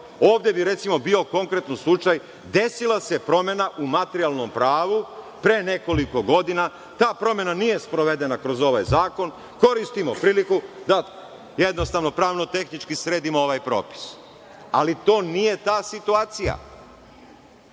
Ovde bi, recimo, bio konkretno slučaj – desila se promena u materijalnom pravu pre nekoliko godina, ta promena nije sprovedena kroz ovaj zakon, koristimo priliku da jednostavno pravno-tehnički sredimo ovaj propis. Ali, to nije ta situacija.